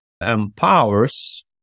empowers